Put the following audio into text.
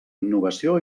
innovació